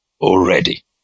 already